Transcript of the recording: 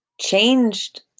changed